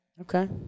Okay